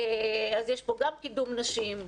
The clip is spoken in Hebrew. אז יש פה גם קידום נשים,